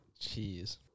Jeez